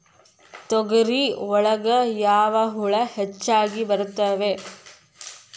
ತೊಗರಿ ಒಳಗ ಯಾವ ಹುಳ ಹೆಚ್ಚಾಗಿ ಬರ್ತವೆ?